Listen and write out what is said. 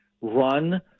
run